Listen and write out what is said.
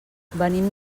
venim